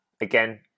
Again